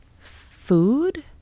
Food